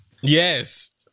Yes